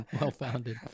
well-founded